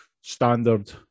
standard